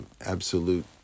Absolute